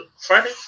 Friday